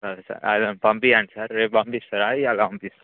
సరే సార్ పంపించండి సార్ రేపు పంపిస్తారా ఇవ్వాళ పంపిస్తారా